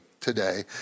today